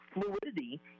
fluidity